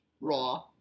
Raw